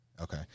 okay